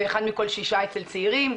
ואחד מכל שישה אצל צעירים.